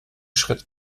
schritt